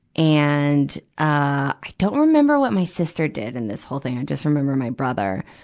and, ah, i don't remember what my sister did and this whole thing i just remember my brother.